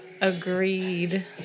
agreed